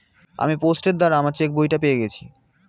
আমি পোস্টের দ্বারা আমার চেকবইটা পেয়ে গেছি